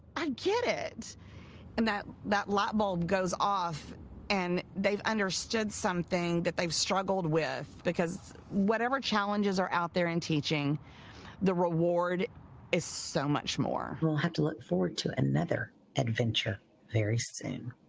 i get it and that that light bulb goes off and they've understood something that they've struggled with because whatever challenges are out there in teaching the reward is so much more. we'll have to look forward to another adventure very soon.